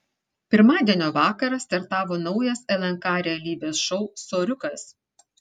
pirmadienio vakarą startavo naujas lnk realybės šou soriukas